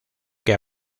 que